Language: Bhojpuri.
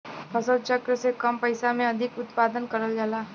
फसल चक्र से कम पइसा में अधिक उत्पादन करल जाला